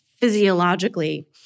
physiologically